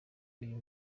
uyu